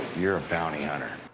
you're a bounty hunter.